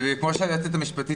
כמו שאמרה היועצת המשפטית,